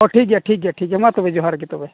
ᱚᱻ ᱴᱷᱤᱠ ᱜᱮᱭᱟ ᱴᱷᱤᱠ ᱜᱮᱭᱟ ᱢᱟ ᱛᱚᱵᱮ ᱡᱚᱦᱟᱨ ᱜᱮ ᱛᱚᱵᱮ